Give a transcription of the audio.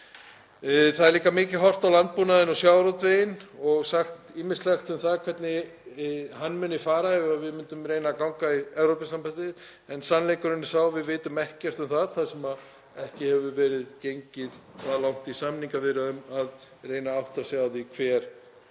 Það er líka mikið horft á landbúnaðinn og sjávarútveginn og sagt ýmislegt um það hvernig hann myndi fara ef við reyndum að ganga í Evrópusambandið. En sannleikurinn er sá að við vitum ekkert um það þar sem ekki hefur verið gengið það langt í samningaviðræðum að reyna að átta sig á því hver